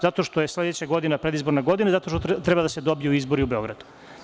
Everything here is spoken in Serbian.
Zato što je sledeća godina izborna godina i zato što treba da se dobiju izbori u Beogradu.